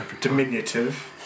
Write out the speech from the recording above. diminutive